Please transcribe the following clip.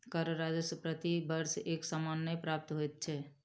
कर राजस्व प्रति वर्ष एक समान नै प्राप्त होइत छै